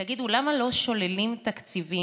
תגידו, למה לא שוללים תקציבים